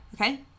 Okay